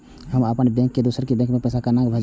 हम अपन बैंक से दोसर के बैंक में पैसा केना लगाव?